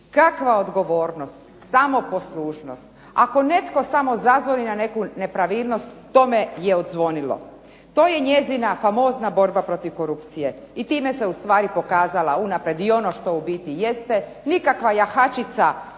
Kakva odgovornost, samo poslušnost. Ako netko samo zazvoni na neku nepravilnost, tome je odzvonilo. To je njezina famozna borba protiv korupcije i time se ustvari pokazala unaprijed i ono što u biti jeste, nikakva jahačica